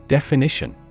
Definition